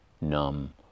numb